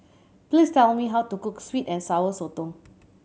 please tell me how to cook sweet and Sour Sotong